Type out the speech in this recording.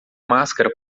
máscara